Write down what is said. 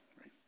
Right